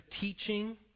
teaching